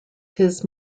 his